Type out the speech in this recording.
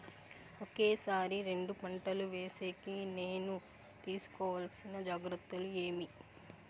ఒకే సారి రెండు పంటలు వేసేకి నేను తీసుకోవాల్సిన జాగ్రత్తలు ఏమి?